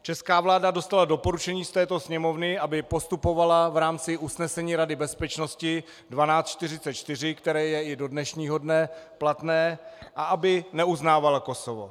Česká vláda dostala doporučení z této Sněmovny, aby postupovala v rámci usnesení Rady bezpečnosti 1244, které je do dnešního dne platné, a aby neuznávala Kosovo.